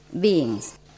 beings